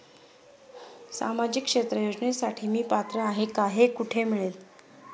सामाजिक क्षेत्र योजनेसाठी मी पात्र आहे का हे कुठे कळेल?